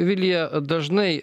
vilija dažnai